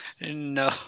No